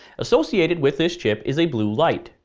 associated with this chip is a blue light,